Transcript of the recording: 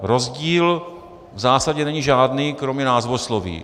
Rozdíl v zásadě není žádný kromě názvosloví.